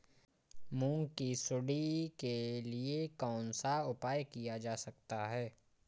मूंग की सुंडी के लिए कौन सा उपाय किया जा सकता है?